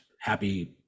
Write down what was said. happy